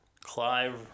Clive